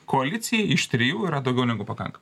koalicijai iš trijų yra daugiau negu pakanka